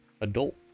adult